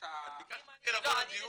את ביקשת ממני לבוא לדיון,